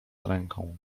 ręką